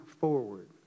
forward